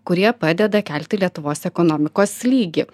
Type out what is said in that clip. kurie padeda kelti lietuvos ekonomikos lygį